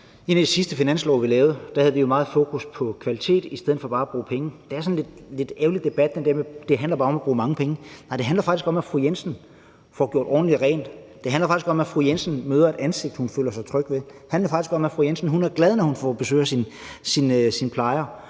af de sidste finanslove, vi lavede, havde vi jo meget fokus på kvalitet i stedet for bare at bruge penge. Det er en sådan lidt ærgerlig debat, altså den der med, at det bare handler om at bruge mange penge. Nej, det handler faktisk om, at fru Jensen får gjort ordentligt rent. Det handler faktisk om, at fru Jensen møder et ansigt, hun føler sig tryg ved. Det handler faktisk om, at fru Jensen er glad, når hun får besøg af sin plejer,